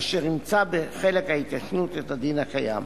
אשר אימצה בחלק ההתיישנות את הדין הקיים.